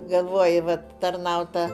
galvoji va tarnauta